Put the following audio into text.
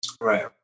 Right